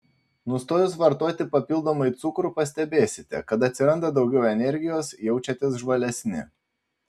nustojus vartoti papildomai cukrų pastebėsite kad atsiranda daugiau energijos jaučiatės žvalesni